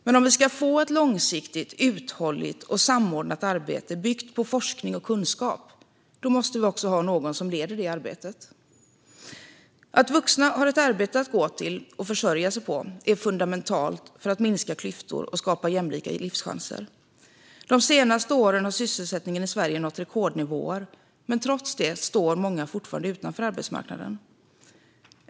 Men om vi ska få ett långsiktigt, uthålligt och samordnat arbete byggt på forskning och kunskap måste vi också ha någon som leder det arbetet. Att vuxna har ett arbete att gå till och försörja sig på är fundamentalt för att minska klyftor och skapa jämlika livschanser. De senaste åren har sysselsättningen i Sverige nått rekordnivåer, men trots det står många fortfarande utanför arbetsmarknaden.